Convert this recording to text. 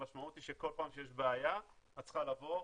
המשמעות היא שכל פעם שיש בעיה את צריכה לבוא,